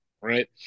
right